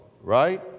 right